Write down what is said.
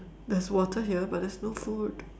there's water here but there's no food